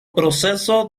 proceso